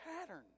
pattern